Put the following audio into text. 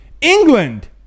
England